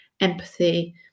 empathy